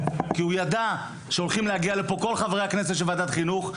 כי הוא ידע שהולכים להגיע לפה כל חברי הכנסת של ועדת החינוך.